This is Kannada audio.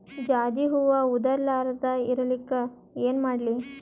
ಜಾಜಿ ಹೂವ ಉದರ್ ಲಾರದ ಇರಲಿಕ್ಕಿ ಏನ ಮಾಡ್ಲಿ?